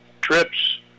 Trips